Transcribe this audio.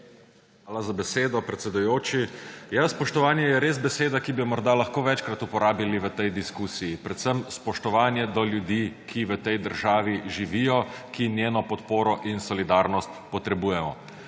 Hvala za besedo, predsedujoči. Ja, spoštovanje je res beseda, ki bi jo lahko morda večkrat uporabili v tej diskusiji. Predvsem spoštovanje do ljudi, ki v tej državi živijo, ki njeno podporo in solidarnost potrebujejo.